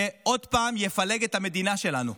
שעוד פעם יפלג את המדינה שלנו?